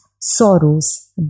sorrows